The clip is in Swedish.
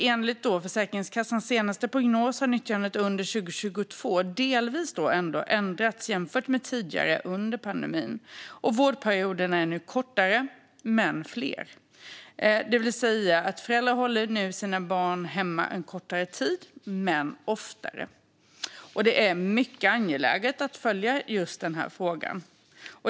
Enligt Försäkringskassans senaste prognos har nyttjandet under 2022 ändå ändrats delvis jämfört med tidigare under pandemin. Vårdperioderna är nu kortare men fler, det vill säga att föräldrar nu håller sina barn hemma kortare tid men oftare. Det är mycket angeläget att följa just den här frågan.